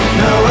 no